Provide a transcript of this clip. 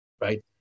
Right